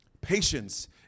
Patience